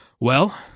Well